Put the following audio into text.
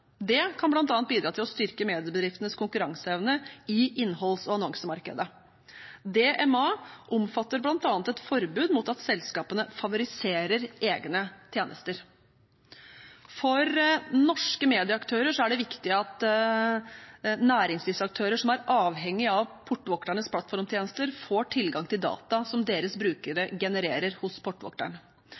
Det kan bl.a. bidra til å styrke mediebedriftenes konkurranseevne i innholds- og annonsemarkedet. DMA omfatter bl.a. et forbud mot at selskapene favoriserer egne tjenester. For norske medieaktører er det viktig at næringslivsaktører som er avhengige av portvokternes plattformtjenester, får tilgang til data som deres brukere genererer hos portvokteren.